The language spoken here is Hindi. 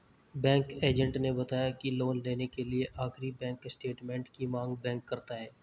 बैंक एजेंट ने बताया की लोन लेने के लिए आखिरी बैंक स्टेटमेंट की मांग बैंक करता है